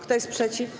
Kto jest przeciw?